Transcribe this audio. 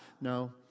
no